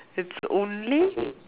it's only